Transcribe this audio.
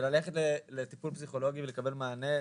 וללכת לטיפול פסיכולוגי ולקבל מענה,